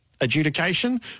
adjudication